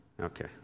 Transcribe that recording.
Okay